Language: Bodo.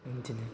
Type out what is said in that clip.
बिदिनो